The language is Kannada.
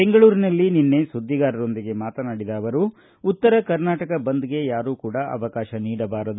ಬೆಂಗಳೂರಿನಲ್ಲಿ ನಿನ್ನೆ ಸುದ್ದಿಗಾರರೊಂದಿಗೆ ಮಾತನಾಡಿದ ಅವರು ಉತ್ತರ ಕರ್ನಾಟಕ ಬಂದ್ಗೆ ಯಾರೂ ಕೂಡ ಅವಕಾಶ ನೀಡಬಾರದು